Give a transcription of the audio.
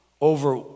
over